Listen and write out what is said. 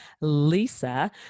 Lisa